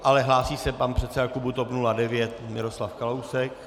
Ale hlásí se pan předseda klubu TOP 09 Miroslav Kalousek.